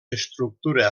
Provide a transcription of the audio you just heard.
estructura